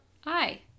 hi